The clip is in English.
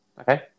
Okay